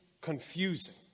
confusing